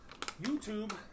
YouTube